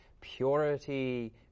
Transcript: purity